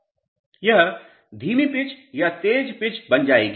यह धीमी पिच या तेज पिच बन जाएगी